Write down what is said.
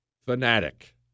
Fanatic